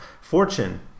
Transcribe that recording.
Fortune